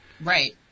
Right